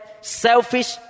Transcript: selfish